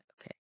Okay